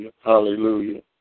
Hallelujah